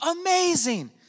Amazing